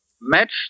match